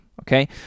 okay